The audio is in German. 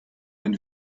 wenn